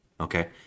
Okay